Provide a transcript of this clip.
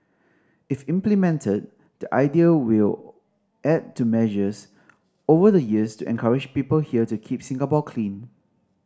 if implemented the idea will add to measures over the years to encourage people here to keep Singapore clean